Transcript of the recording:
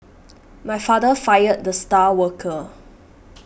my father fired the star worker